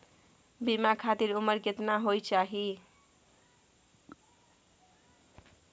बीमा खातिर उमर केतना होय चाही?